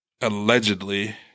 allegedly